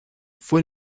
fue